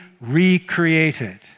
recreated